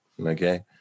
okay